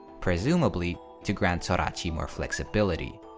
presumably to grant sorachi more flexibility.